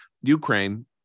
Ukraine